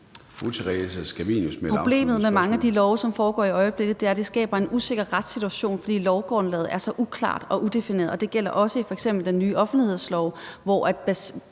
Problemet med mange af de love, som der kommer i øjeblikket, er, at de skaber en usikker retssituation, fordi lovgrundlaget er så uklart og udefineret. Det gælder også i f.eks. den nye offentlighedslov, hvor